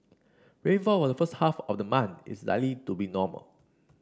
rainfall were the first half of the month is likely to be normal